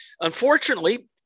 unfortunately